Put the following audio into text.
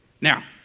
Now